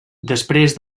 després